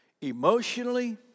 emotionally